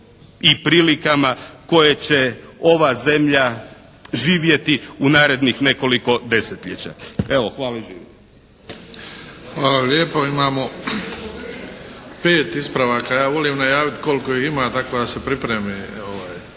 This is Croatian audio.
i prilikama koje će ova zemlja živjeti u narednih nekoliko desetljeća. Evo, hvala. **Bebić,